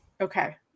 Okay